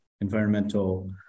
environmental